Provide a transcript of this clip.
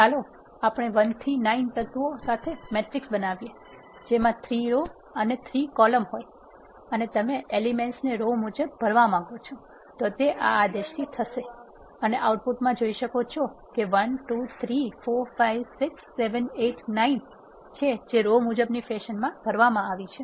ચાલો આપણે 1 થી 9 તત્વો સાથે મેટ્રિક્સ બનાવીએ જેમાં 3 રો અને 3 કોલમ હોય અને તમે એલિમેન્ટ્સ ને રો મુજબ ભરવા માંગો છો તો તે આ આદેશથી થશે અને આઉટપુટ માં જોઇ શકો છો કે જે 1 2 3 4 5 6 7 8 9 છે જે રો મુજબની ફેશનમાં ભરવામાં આવે છે